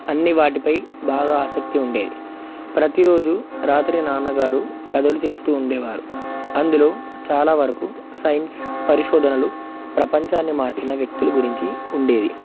అన్ని వాటిపై బాగా ఆసక్తి ఉండేది ప్రతిరోజు రాత్రి నాన్నగారు కథలు చెపుతూ ఉండేవారు అందులో చాలా వరకు సైన్స్ పరిశోధనలు ప్రపంచాన్ని మార్చిన వ్యక్తుల గురించి ఉండేది